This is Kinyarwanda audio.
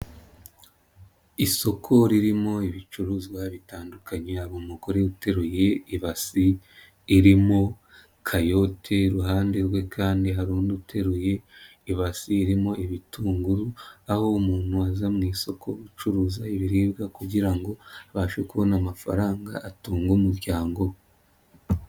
Isoko ririmo ibicuruzwa bitandukanye hari umugore uteruye ibasi irimo kayote, iruhande rwe kandi harundi uteruye ibasi irimo ibitunguru, aho umuntu aza mu isoko acuruza ibiribwa kugira ngo abashe kubona amafaranga atunga umuryango.